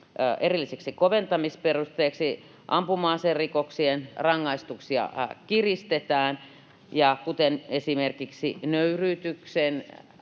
erilliseksi koventamisperusteeksi, ampuma-aserikoksien rangaistuksia kiristetään ja esimerkiksi nöyryyttävä